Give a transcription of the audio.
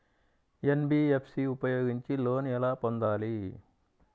NBFC ఉపయోగించి loan ఎలా పొందాలి?